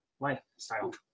lifestyle